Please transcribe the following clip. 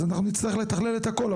אז אנחנו נצטרך לתכלל את הכול.